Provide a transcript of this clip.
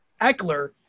Eckler